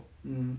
um